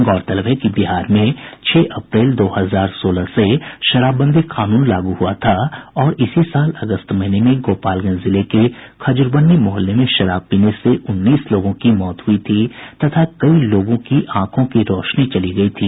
गौरतलब है कि बिहार में छह अप्रैल दो हजार सोलह से शराबबंदी कानून लागू हुआ था और इसी साल अगस्त महीने में गोपालगंज जिले के खजूरबन्नी मोहल्ले में जहरीली शराब पीने से उन्नीस लोगों की मौत हो गई थी तथा कई लोगों की आंखों की रोशनी चली गई थी